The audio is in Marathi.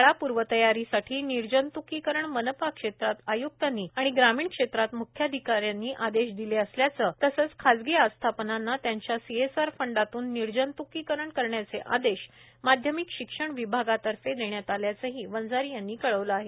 शाळा पूर्वतयारीसाठी निर्जत्कीकरण मनपा क्षेत्रात आय्क्तांनी आणि ग्रामीण क्षेत्रात म्ख्याधिकाऱ्यांनी आदेश दिले असल्याचे तसेच खाजगी आस्थापनांना त्यांच्या सीएसआर फंडातून निर्जंत्कीकरण करण्याचे आदेश माध्यमिक शिक्षण विभागातर्फे देण्यात आल्याचेही वंजारी यांनी कळवले आहे